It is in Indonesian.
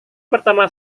pertama